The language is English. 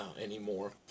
anymore